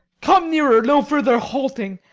come nearer. no farther halting!